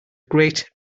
great